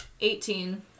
Eighteen